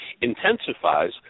intensifies